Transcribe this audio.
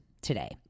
today